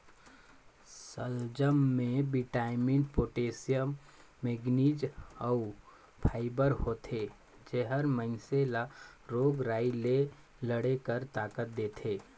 सलजम में vitamin, potassium, manganese अउ फाइबर होथे जेहर मइनसे ल रोग राई ले लड़े कर ताकत देथे